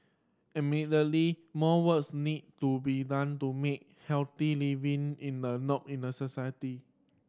admittedly more works need to be done to make healthy living in a norm in the society